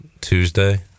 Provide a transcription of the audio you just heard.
tuesday